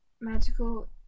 Magical